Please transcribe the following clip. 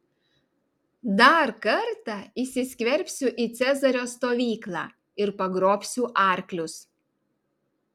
dar kartą įsiskverbsiu į cezario stovyklą ir pagrobsiu arklius